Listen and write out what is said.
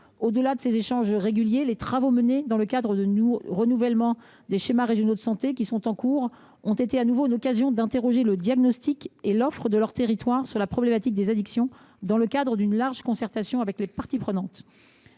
Au delà de ces échanges réguliers, les travaux en cours dans le cadre du renouvellement des schémas régionaux de santé ont été de nouveau l’occasion d’interroger le diagnostic et l’offre de chaque territoire sur la problématique des addictions, dans le cadre d’une large concertation avec les parties prenantes.